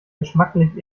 geschmacklich